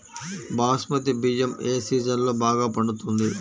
బాస్మతి బియ్యం ఏ సీజన్లో బాగా పండుతుంది?